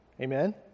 Amen